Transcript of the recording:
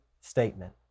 statement